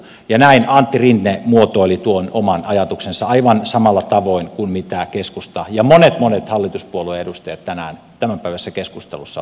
ja näin antti rinne muotoili tuon oman ajatuksensa aivan samalla tavoin kuin keskusta ja monet monet hallituspuolueen edustajat tänään tämänpäiväisessä keskustelussa ovat muotoilleet